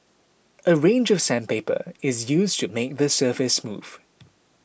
a range of sandpaper is used to make the surface smooth